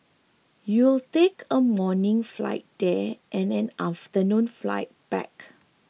you'll take a morning flight there and an afternoon flight back